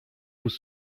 vous